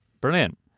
Brilliant